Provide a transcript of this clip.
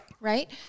Right